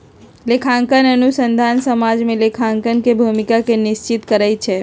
लेखांकन अनुसंधान समाज में लेखांकन के भूमिका के निश्चित करइ छै